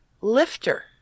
lifter